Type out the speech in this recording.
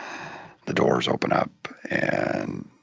the doors open up and